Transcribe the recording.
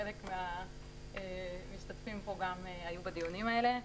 חלק מהמשתתפים פה גם היו בדיונים האלה.